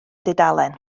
dudalen